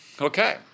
Okay